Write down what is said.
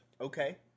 Okay